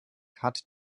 hat